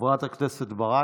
חברת הכנסת ברק.